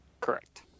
Correct